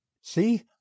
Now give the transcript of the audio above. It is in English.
see